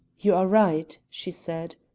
you are right, she said.